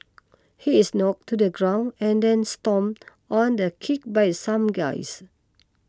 he is knocked to the ground and then stomped on and kicked by some guys